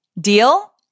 Deal